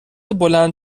بلند